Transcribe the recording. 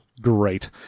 Great